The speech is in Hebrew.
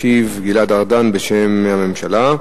ישיב גלעד ארדן בשם ראש הממשלה.